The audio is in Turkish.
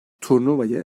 turnuvayı